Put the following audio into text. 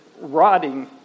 rotting